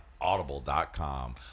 Audible.com